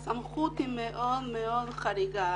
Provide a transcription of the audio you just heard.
הסמכות היא מאוד חריגה.